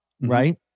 right